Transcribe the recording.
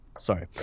Sorry